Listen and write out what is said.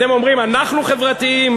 אתם אומרים: אנחנו חברתיים.